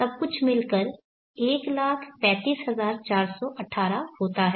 सब कुछ मिलकर 135418 होता है